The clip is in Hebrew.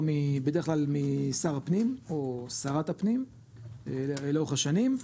בדרך כלל משר או שרת הפנים לאורך השנים.